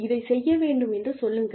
இதைச் செய்ய வேண்டும் என்று சொல்லுங்கள்